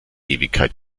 ewigkeit